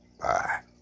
Bye